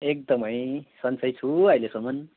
एकदमै सन्चै छु अहिलेसम्म